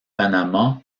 panama